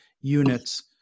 units